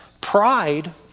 Pride